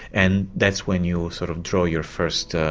and that's when you sort of draw your first,